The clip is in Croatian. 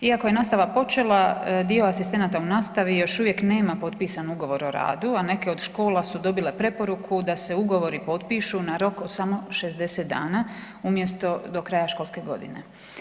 Iako je nastava počela dio asistenata u nastavi još uvijek nema potpisan ugovor o radu, a neke od škola su dobile preporuku da se ugovori potpišu na rok od samo 60 dana umjesto do kraja školske godine.